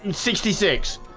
sixty six